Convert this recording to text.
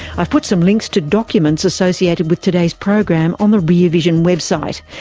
i've put some links to documents associated with today's program on the rear vision website,